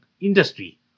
industry